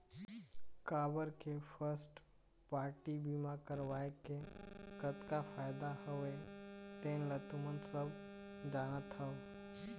काबर के first party बीमा करवाय के कतका फायदा हवय तेन ल तुमन सब जानत हव